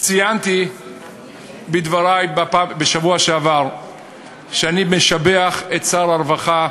ציינתי בדברי בשבוע שעבר שאני משבח את שר הרווחה,